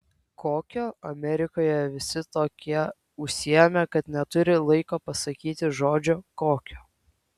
kokio amerikoje visi tokie užsiėmę kad neturi laiko pasakyti žodžio kokio